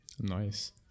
Nice